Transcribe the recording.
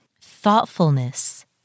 thoughtfulness